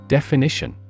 Definition